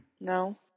No